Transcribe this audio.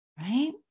right